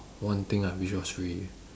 one thing I wish was free